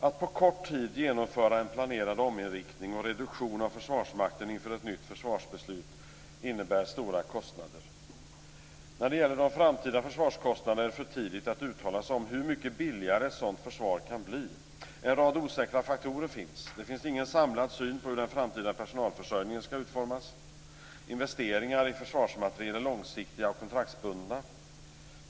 Att på kort tid genomföra en planerad ominriktning och reduktion av Försvarsmakten inför ett nytt försvarsbeslut innebär stora kostnader. När det gäller de framtida försvarskostnaderna är det för tidigt att uttala sig om hur mycket billigare ett sådant försvar kan bli. En rad osäkra faktorer finns. Det finns ingen samlad syn på hur den framtida personalförsörjningen skall utformas. Investeringar i försvarsmateriel är långsiktiga och kontraktsbundna.